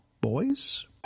boys